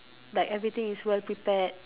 like everything is well prepared